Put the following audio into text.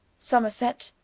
somerset,